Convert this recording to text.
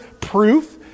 proof